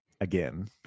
again